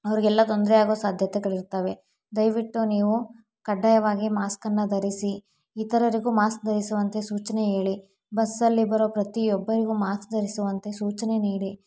ಅವ್ರಿಗೆಲ್ಲ ತೊಂದರೆಯಾಗೊ ಸಾಧ್ಯತೆಗಳಿರ್ತವೆ ದಯವಿಟ್ಟು ನೀವು ಕಡ್ಡಾಯವಾಗಿ ಮಾಸ್ಕನ್ನು ಧರಿಸಿ ಇತರರಿಗೂ ಮಾಸ್ಕ್ ಧರಿಸುವಂತೆ ಸೂಚನೆ ಹೇಳಿ ಬಸ್ಸಲ್ಲಿ ಬರೋ ಪ್ರತಿಯೊಬ್ಬರಿಗೂ ಮಾಸ್ಕ್ ಧರಿಸುವಂತೆ ಸೂಚನೆ ನೀಡಿ